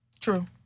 True